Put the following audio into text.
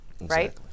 Right